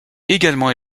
également